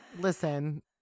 Listen